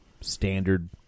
standard